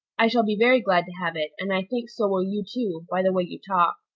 i shall be very glad to have it, and i think so will you too, by the way you talk.